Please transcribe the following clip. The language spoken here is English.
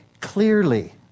clearly